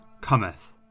cometh